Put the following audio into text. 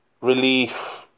relief